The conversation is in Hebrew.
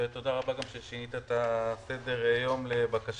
ותודה רבה גם על ששינית את סדר היום לבקשתי,